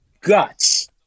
guts